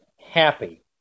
happy